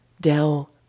Dell